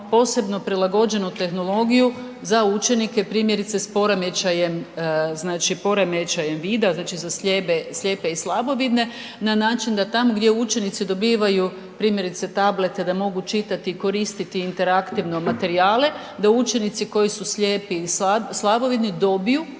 posebno prilagođenu tehnologiju za učenike primjerice s poremećajem, znači poremećajem vida, znači za slijepe i slabovidne, na način da tamo gdje učenici dobivaju primjerice tablete da mogu čitati i koristiti interaktivno materijale, da učenici koji su slijepi i slabovidni dobiju